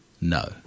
No